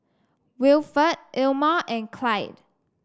Wilford Ilma and Clide